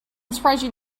surprised